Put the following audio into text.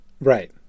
Right